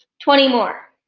twenty more.